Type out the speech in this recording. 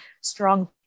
strong